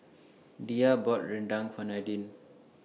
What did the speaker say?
Diya bought Rendang For Nadine